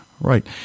Right